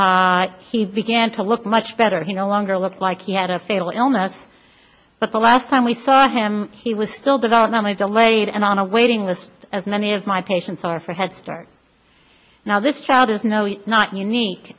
stamps he began to look much better he no longer looked like he had a fatal illness but the last time we saw him he was still developmentally delayed and on a waiting list as many of my patients are for head start now this child is no it's not unique